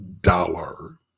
dollar